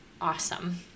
awesome